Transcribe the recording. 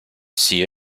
see